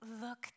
Look